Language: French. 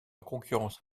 concurrence